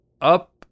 up